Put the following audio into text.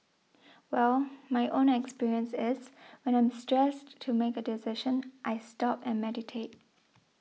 well my own experience is when I'm stressed to make a decision I stop and meditate